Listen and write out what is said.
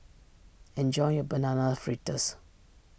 enjoy your Banana Fritters